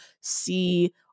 see